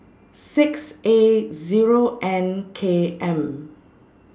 six A Zero N K M